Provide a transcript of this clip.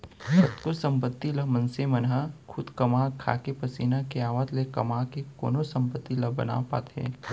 कतको संपत्ति ल मनसे मन ह खुद कमा खाके पसीना के आवत ले कमा के कोनो संपत्ति ला बना पाथे